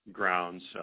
grounds